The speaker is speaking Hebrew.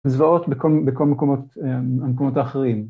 ‫זוועות בכל המקומות האחרים.